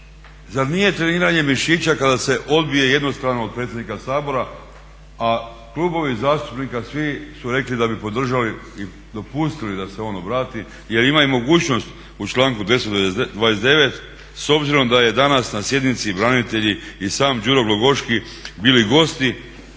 Zar nije treniranje mišića odbije jednostrano od predsjednika Sabora a klubovi zastupnika svi su rekli da bi podržali i dopustili da se on obrati jer ima i mogućnost u članku 10. 29. s obzirom da je danas na sjednici branitelji i sam Đuro Glogoški bili gosti